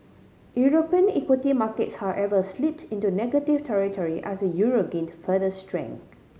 European equity markets however slipped into negative territory as the euro gained further strength